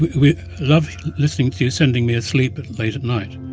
we love listening to you sending me asleep late at night.